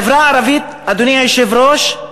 בחברה הערבית, אדוני היושב-ראש,